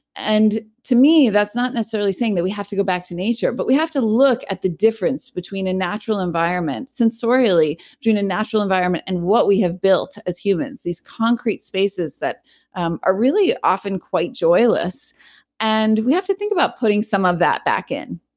and to me, that's not necessarily saying that we have to go back to nature, but we have to look at the difference between a natural environment. sensorily, during a natural environment and what we have built as humans, these concrete spaces that um are really often quite joyless and we have to think about putting some of that back in